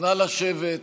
נא לשבת.